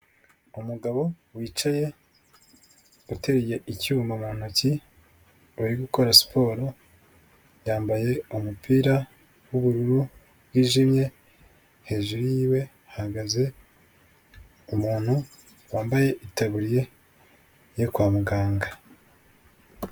Umugabo wicaye uteruye icyuma mu ntoki, uri gukora siporo, yambaye umupira w'ubururu bwijimye, hejuru yiwe hahagaze umuntu wambaye itaburiya yo kwa muganga.